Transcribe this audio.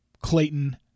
Clayton